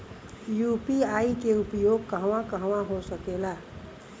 UPI के उपयोग कहवा कहवा हो सकेला?